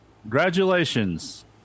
Congratulations